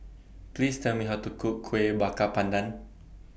Please Tell Me How to Cook Kueh Bakar Pandan